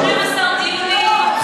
12 דיונים,